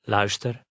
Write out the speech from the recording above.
Luister